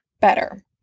better